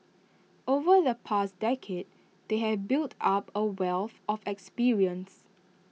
over the past decade they have built up A wealth of experience